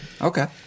Okay